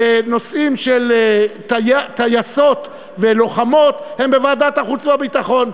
נושאים של טייסות ולוחמות הם בוועדת החוץ והביטחון.